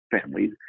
families